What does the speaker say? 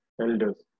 elders